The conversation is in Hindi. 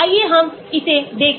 आइए हम इसे देखें